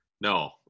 No